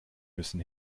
müssen